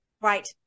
right